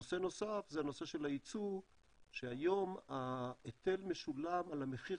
נושא נוסף זה הנושא של היצוא שהיום ההיטל משולם על המחיר